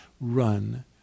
run